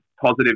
positive